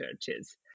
churches